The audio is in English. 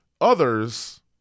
others